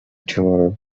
tomorrow